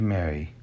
Mary